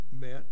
meant